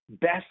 Best